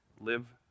live